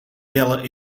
jelle